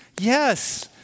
yes